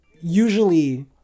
usually